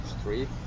street